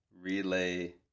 Relay